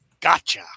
Gotcha